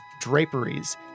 draperies